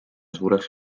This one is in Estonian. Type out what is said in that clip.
suureks